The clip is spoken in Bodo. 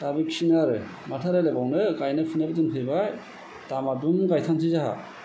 दा बेखिनियानो आरो माथो रायलायबावनो गायनाय फुनायनिबो दिन फैबाय दा माइ ब्रुं गायखानोसै जोंहा